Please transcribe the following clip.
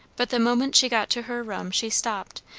but the moment she got to her room she stopped,